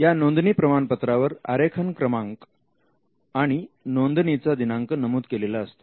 या नोंदणी प्रमाणपत्रावर आरेखन क्रमांक आणि नोंदणीचा दिनांक नमूद केलेला असतो